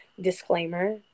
Disclaimer